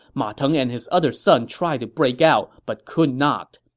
ma teng and his other son tried to break out but could not.